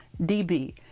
DB